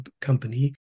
company